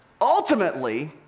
Ultimately